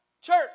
Church